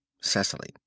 Cecily